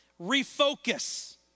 refocus